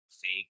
fake